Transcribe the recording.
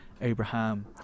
Abraham